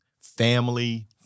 family